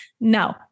no